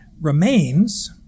remains